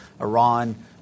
Iran